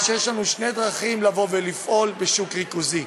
יש לנו שתי דרכים לבוא ולפעול בשוק ריכוזי: